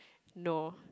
no